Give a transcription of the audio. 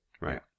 right